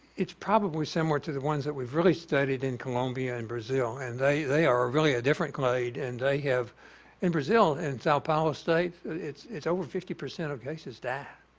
it's probably similar to the ones that we've really studied in colombia and brazil. and they they are ah really a different climate and they have in brazil in sao paulo state it's it's over fifty percent of case has died.